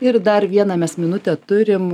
ir dar vieną mes minutę turim